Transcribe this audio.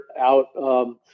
out